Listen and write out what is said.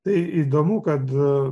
tai įdomu kad